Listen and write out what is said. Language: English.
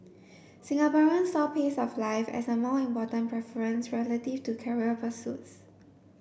Singaporeans saw pace of life as a more important preference relative to career pursuits